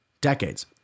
Decades